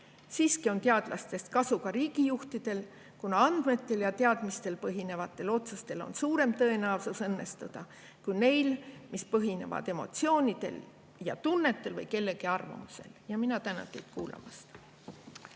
Siiski on teadlastest kasu ka riigijuhtidel, kuna andmetel ja teadmistel põhinevatel otsustel on suurem tõenäosus õnnestuda kui neil, mis põhinevad emotsioonidel ja tunnetel või kellegi arvamusel. Mina tänan teid kuulamast.